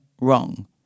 wrong